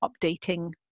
updating